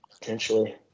Potentially